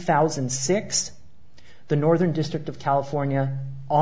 thousand and six the northern district of california